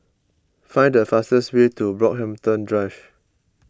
find the fastest way to Brockhampton Drive